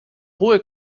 hohe